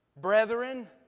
Brethren